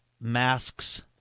masks